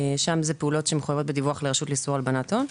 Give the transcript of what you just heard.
שם אלו פעולות שמחויבות בדיווח לרשות לאיסור הלבנת הון.